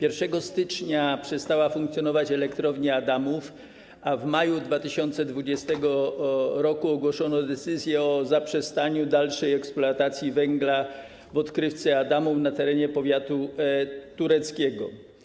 1 stycznia przestała funkcjonować Elektrownia Adamów, a w maju 2020 r. ogłoszono decyzję o zaprzestaniu dalszej eksploatacji węgla w odkrywce Adamów na terenie powiatu tureckiego.